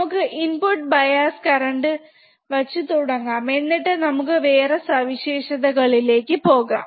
നമുക്ക് input bias current വച്ച തുടങ്ങാം എന്നിട്ട് നമുക്ക് വേറെ സവിശേഷതകളിലേക് പോകാം